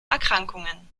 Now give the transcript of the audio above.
erkrankungen